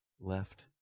left